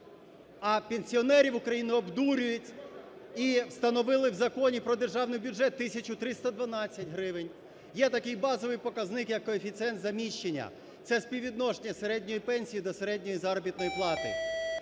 А пенсіонерів України обдурюють, і встановили в Законі про державний бюджет тисячу 312 гривень. Є такий базовий показник як коефіцієнт заміщення – це співвідношення середньої пенсії до середньої заробітної плати.